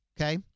Okay